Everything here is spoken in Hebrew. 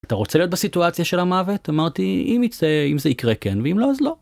אתה רוצה להיות בסיטואציה של המוות אמרתי אם יצא, אם זה יקרה כן, ואם לא אז לא.